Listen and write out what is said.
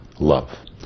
love